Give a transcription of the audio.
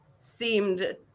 seemed